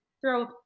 throw